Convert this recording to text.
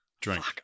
drink